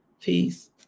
peace